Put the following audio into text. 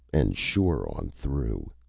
and shore on through.